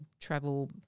travel